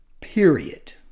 period